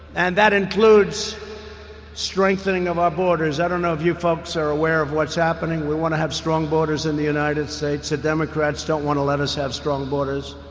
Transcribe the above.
and that includes strengthening of our borders i don't know if you folks are aware of what's happening. we want to have strong borders in the united states. democrats don't want to let us have strong borders,